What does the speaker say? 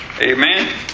Amen